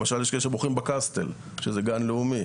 למשל, יש כאלה שבוחרים בקסטל, שזה גן לאומי.